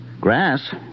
Grass